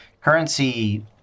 currency